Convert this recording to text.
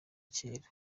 kera